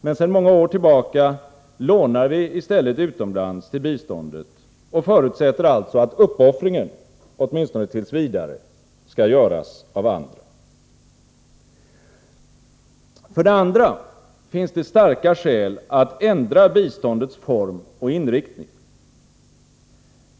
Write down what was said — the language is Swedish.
Men sedan många år tillbaka lånar vi i stället utomlands till biståndet och förutsätter alltså att uppoffringen — åtminstone t. v. — skall göras av andra. För det andra finns det starka skäl att ändra biståndets form och inriktning.